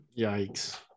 yikes